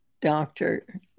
doctor